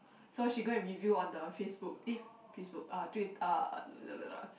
so she go and reveal on the Facebook eh Facebook uh Twit